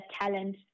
talent